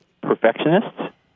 Perfectionists